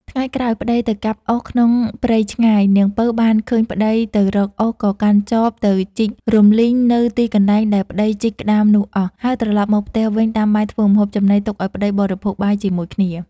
ថ្ងៃក្រោយប្ដីទៅកាប់អុសក្នុងព្រៃឆ្ងាយ នាងពៅបានឃើញប្ដីទៅរកអុសក៏កាន់ចបទៅជីករំលើងនៅទីកន្លែងដែលប្ដីជីកក្ដាមនោះអស់ រួចត្រឡប់មកផ្ទះវិញដាំបាយធ្វើម្ហូបចំណីទុកឲ្យប្ដីបរិភោគបាយជាមួយគ្នា។